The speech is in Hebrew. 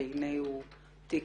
והנה הוא תיק